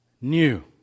new